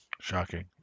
Shocking